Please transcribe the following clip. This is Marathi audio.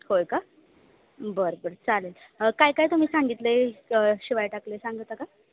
होय का बरं बरं चालेल काय काय तुम्ही सांगितले शिवाय टाकले सांगा त का